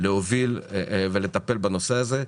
להוביל ולטפל בנושא הזה,